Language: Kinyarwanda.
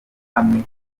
hamwe